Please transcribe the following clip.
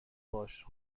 باش